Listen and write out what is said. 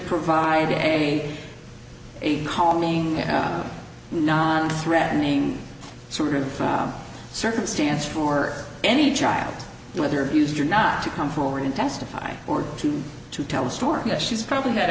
provide a calming non threatening sort of circumstance for any child whether used or not to come forward and testify or to to tell a story that she's probably